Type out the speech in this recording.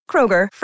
Kroger